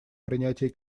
принятии